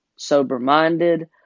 sober-minded